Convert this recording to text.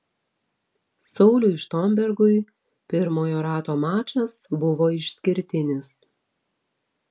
sauliui štombergui pirmojo rato mačas buvo išskirtinis